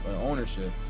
ownership